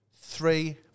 Three